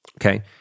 Okay